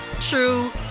true